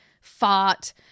fart